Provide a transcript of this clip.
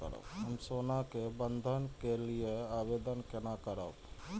हम सोना के बंधन के लियै आवेदन केना करब?